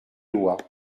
lois